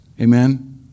Amen